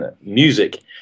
music